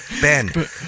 Ben